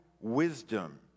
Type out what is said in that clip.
wisdom